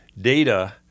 data